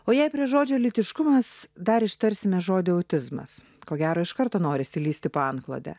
o jei prie žodžio lytiškumas dar ištarsime žodį autizmas ko gero iš karto norisi lįsti po antklode